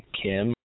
Kim